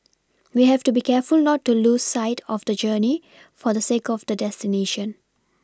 we have to be careful not to lose sight of the journey for the sake of the destination